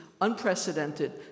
unprecedented